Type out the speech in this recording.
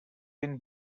been